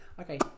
Okay